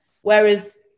whereas